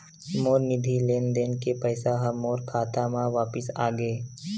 मोर निधि लेन देन के पैसा हा मोर खाता मा वापिस आ गे